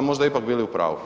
možda ipak bili u pravu.